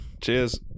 Cheers